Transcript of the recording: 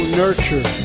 nurture